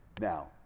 Now